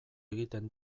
egiten